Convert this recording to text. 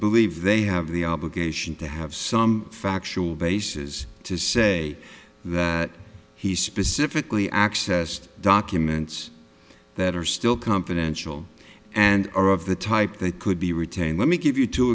believe they have the obligation to have some factual basis to say that he specifically accessed documents that are still confidential and are of the type that could be retained let me give you two